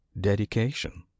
dedication